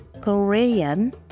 Korean